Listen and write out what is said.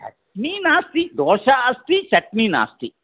चट्नी नास्ति दोसा अस्ति चट्नी नास्ति